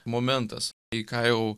momentas į ką jau